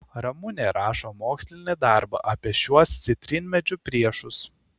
ramunė rašo mokslinį darbą apie šiuos citrinmedžių priešus